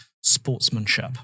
sportsmanship